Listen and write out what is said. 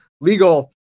legal